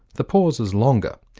the pauses longer,